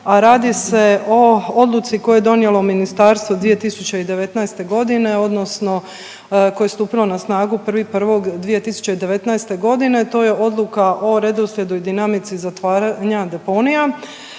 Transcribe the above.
a radi se o odluci koje je donijelo ministarstvo 2019. odnosno koje je stupilo na snagu 1.1.2019., to je odluka o redoslijedu i dinamici zatvaranja deponija,